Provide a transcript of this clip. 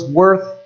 worth